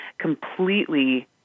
completely